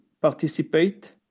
participate